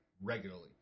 regularly